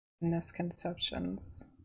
misconceptions